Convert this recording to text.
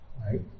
right